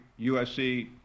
USC